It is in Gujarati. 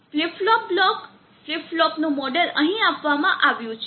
ફ્લિપ ફ્લોપ બ્લોક ફ્લિપ ફ્લોપનું મોડેલ અહીં આપવામાં આવ્યું છે